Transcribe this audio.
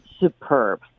superb